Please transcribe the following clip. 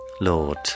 Lord